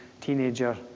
teenager